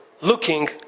looking